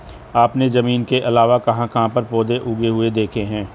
आपने जमीन के अलावा कहाँ कहाँ पर पौधे उगे हुए देखे हैं?